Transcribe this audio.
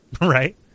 Right